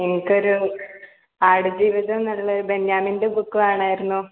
എനിക്കൊരു ആടുജീവിതം എന്നുള്ള ബെന്ന്യാമിൻ്റെ ബുക്ക് വേണമായിരുന്നു